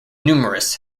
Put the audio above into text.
numerous